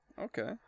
Okay